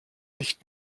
nicht